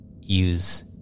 use